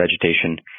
vegetation